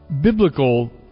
biblical